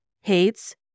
hates